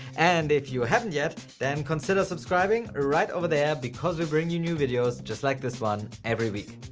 and if you haven't yet, then consider subscribing right over there because we bring you new videos just like this one every week.